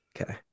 okay